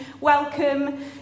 welcome